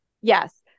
yes